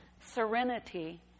serenity